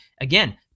again